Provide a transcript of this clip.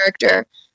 character